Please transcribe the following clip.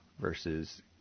versus